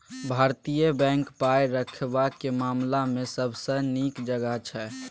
भारतीय बैंक पाय रखबाक मामला मे सबसँ नीक जगह छै